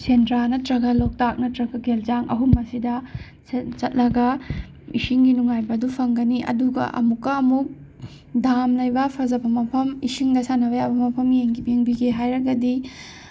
ꯁꯦꯟꯗ꯭ꯔꯥ ꯅꯠꯇ꯭ꯔꯒ ꯂꯣꯛꯇꯥꯛ ꯅꯠꯇ꯭ꯔꯒ ꯒꯦꯜꯖꯥꯡ ꯑꯍꯨꯝ ꯑꯁꯤꯗ ꯆꯠꯂꯒ ꯏꯁꯤꯡꯒꯤ ꯅꯨꯡꯉꯥꯏꯕ ꯑꯗꯨ ꯐꯪꯒꯅꯤ ꯑꯗꯨꯒ ꯑꯃꯨꯛꯀ ꯑꯃꯨꯛ ꯗꯥꯝ ꯂꯩꯕ ꯐꯖꯕ ꯃꯐꯝ ꯏꯁꯤꯡꯗ ꯁꯥꯟꯅꯕ ꯌꯥꯕ ꯃꯐꯝ ꯌꯦꯡꯕꯤꯒꯦ ꯍꯥꯏꯔꯒꯗꯤ